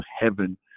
heaven